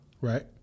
right